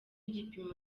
gipimo